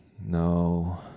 No